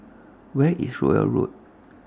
Where IS Rowell Road